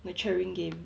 maturing game